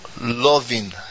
loving